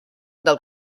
del